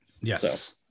yes